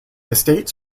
estates